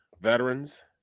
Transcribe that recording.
veterans